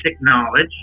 knowledge